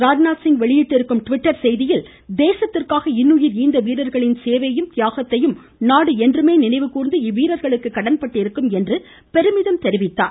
ராஜ்நாத்சிங் வெளியிட்டிருக்கும் ட்விட்டர் செய்தியில் தேசத்திற்காக இன்னுயிர் ஈந்த வீரர்களின் சேவையையும் தியாகத்தையும் நாடு என்றுமே நினைவுகூர்ந்து இவ்வீரர்களுக்கு கடன்பட்டிருக்கும் என்று பெருமிதம் தெரிவித்தார்